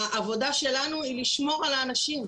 העבודה שלנו היא לשמור על האנשים,